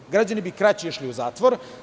Prvo, građani bi kraće išli u zatvor.